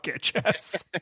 chess